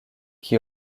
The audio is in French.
qui